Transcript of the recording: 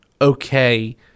okay